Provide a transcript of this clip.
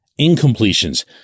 incompletions